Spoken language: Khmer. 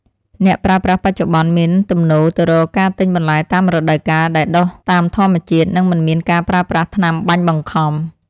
អ្នកប្រើប្រាស់បច្ចុប្បន្នមានទំនោរទៅរកការទិញបន្លែតាមរដូវកាលដែលដុះតាមធម្មជាតិ និងមិនមានការប្រើប្រាស់ថ្នាំបាញ់បង្ខំ។